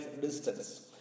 distance